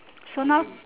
so now